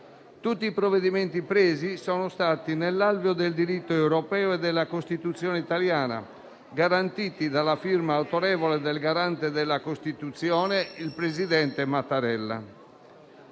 Tutti i provvedimenti sono stati presi nell'alveo del diritto europeo e della Costituzione italiana, garantiti dalla firma autorevole del garante della Costituzione, il presidente Mattarella.